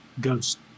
Ghost